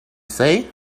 say